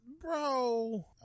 bro